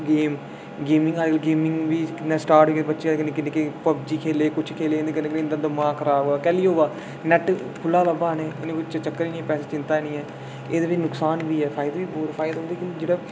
game अजकल गेमां दिक्खो बच्चे अजकल निक्के निक्के पबजी खेढदे किश खेढदे जंदे कन्नै उं'दा दमाग खराब होआ कैह्ली होआ दा नैट खु'ल्ला लब्भा दा उं'नेंगी ओह्दे च चक्कर ई निं ऐ एह्दे बिच नुक्सान बी ऐ फायदे बी ऐ